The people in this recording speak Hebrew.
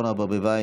אורנה ברביבאי,